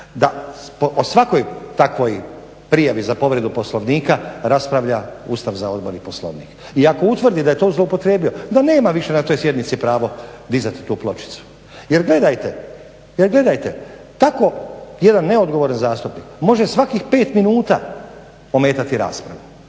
da o svakoj takvoj prijavi za povredu Poslovnika raspravlja Ustav za Odbor i Poslovnik. I ako utvrdi da je to zloupotrijebio da nema više na toj sjednici pravo dizati tu pločicu. Jer gledajte, jer gledajte tako jedan neodgovaran zastupnik može svakih 5 minuta ometati raspravu